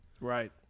Right